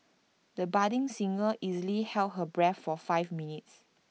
the budding singer easily held her breath for five minutes